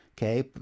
Okay